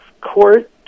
court